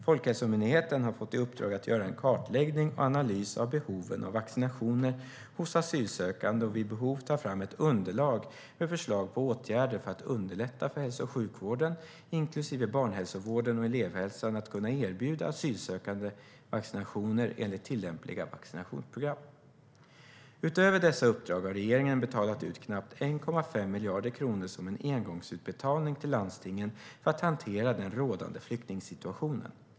Folkhälsomyndigheten har fått i uppdrag att göra en kartläggning och analys av behoven av vaccinationer hos asylsökande och vid behov ta fram ett underlag med förslag på åtgärder för att underlätta för hälso och sjukvården, inklusive barnhälsovården och elevhälsan, att kunna erbjuda asylsökande vaccinationer enligt tillämpliga vaccinationsprogram. Utöver dessa uppdrag har regeringen betalat ut knappt 1,5 miljarder kronor som en engångsutbetalning till landstingen för att hantera den rådande flyktingsituationen.